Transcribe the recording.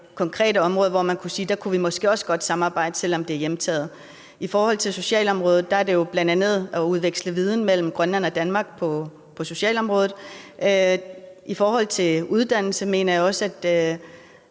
konkrete områder, hvor man kunne sige, at vi også godt kunne samarbejde, selv om de er hjemtaget. I forhold til socialområdet er det jo bl.a. at udveksle viden mellem Grønland og Danmark. I forhold til uddannelse mener jeg også, at